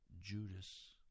Judas